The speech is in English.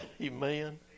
Amen